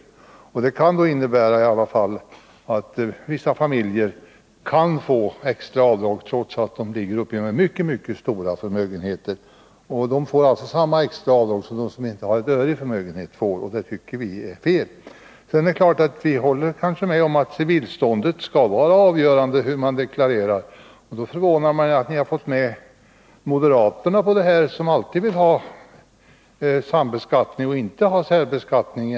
Propositionens förslag innebär att vissa familjer kan få extra avdrag trots att de har mycket stora förmögenheter. De får alltså samma extra avdrag som de får som inte har ett öre i förmögenhet. Det tycker vi är fel. Vi håller kanske med om att civilstånd inte skall vara avgörande för hur man deklarerar. Det förvånar mig därför att ni har fått moderaterna med på detta förslag — de vill ju alltid ha sambeskattning och inte särbeskattning.